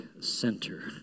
center